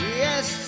yes